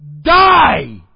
die